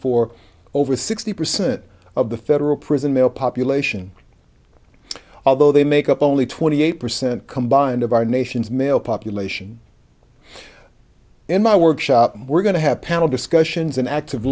for over sixty percent of the federal prison male population although they make up only twenty eight percent combined of our nation's male population in my workshop we're going to have panel discussions an active